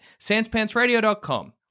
sanspantsradio.com